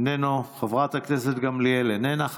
איננו, חברת הכנסת גמליאל, איננה.